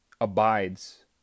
abides